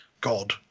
God